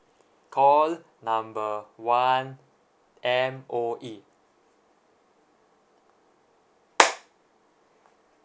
call number one M_O_E